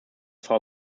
frau